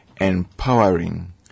empowering